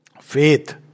Faith